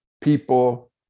people